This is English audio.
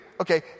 okay